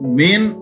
main